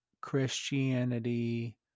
christianity